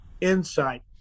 insight